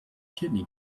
kidney